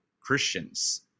Christians